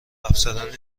افسران